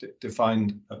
defined